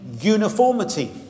uniformity